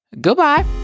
Goodbye